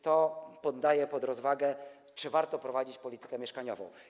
To poddaję pod rozwagę, czy warto prowadzić politykę mieszkaniową.